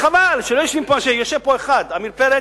חבל שלא יושבים פה אנשי, יושב פה אחד, עמיר פרץ,